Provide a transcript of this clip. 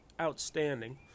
outstanding